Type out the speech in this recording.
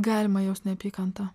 galima jaust neapykantą